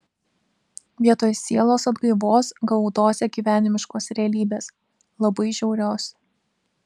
vietoj sielos atgaivos gavau dozę gyvenimiškos realybės labai žiaurios